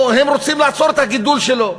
או הם רוצים לעצור את הגידול שלו.